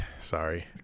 Sorry